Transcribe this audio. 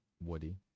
woody